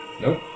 Nope